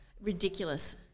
ridiculous